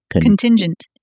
Contingent